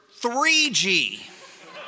3G